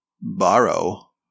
borrow